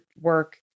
work